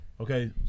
Okay